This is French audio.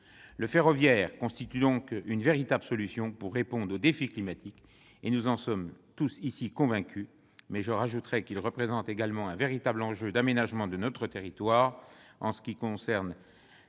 Le ferroviaire constitue donc une véritable solution pour répondre au défi climatique. Nous en sommes tous ici convaincus. J'ajoute qu'il représente également un véritable enjeu d'aménagement du territoire : la promotion